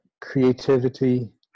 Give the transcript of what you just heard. creativity